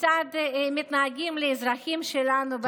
כיצד מתנהגים לאזרחים שלנו?